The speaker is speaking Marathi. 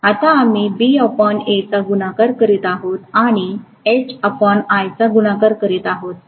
आता आम्ही चा गुणाकार करीत आहोत आणि चा गुणाकार करीत आहोत